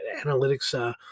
analytics